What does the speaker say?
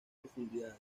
profundidades